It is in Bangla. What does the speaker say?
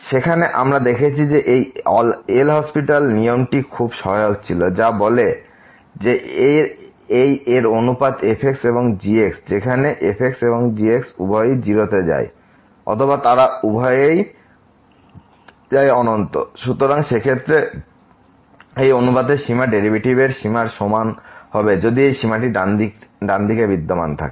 সেখানে আমরা দেখেছি যে এই LHospital নিয়মটি খুব সহায়ক ছিল যা বলে যে এই এর অনুপাত f এবং g যেখানে f এবং g উভয়ই 0 তে যায় অথবা তারা উভয়েই যায় অনন্ত সুতরাং সেক্ষেত্রে এই অনুপাতের সীমা ডেরিভেটিভের সীমার সমান হবে যদি এই সীমাটি ডানদিকে বিদ্যমান থাকে